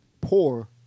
Poor